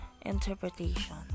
interpretation